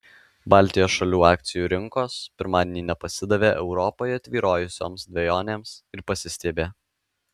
baltijos šalių akcijų rinkos pirmadienį nepasidavė europoje tvyrojusioms dvejonėms ir pasistiebė